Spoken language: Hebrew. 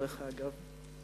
דרך אגב,